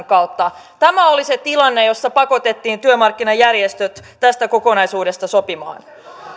kautta tämä oli se tilanne jossa pakotettiin työmarkkinajärjestöt tästä kokonaisuudesta sopimaan